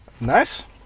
Nice